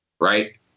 right